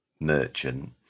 merchant